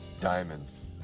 Diamonds